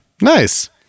Nice